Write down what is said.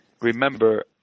remember